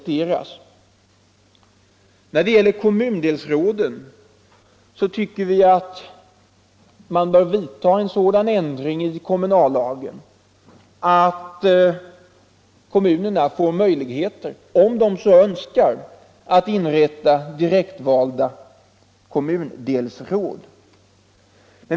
Vidare tycker vi att man bör vidta en sådan ändring i kommunallagen att kommunerna får möjligheter att om de så önskar inrätta direktvalda kommundelsråd.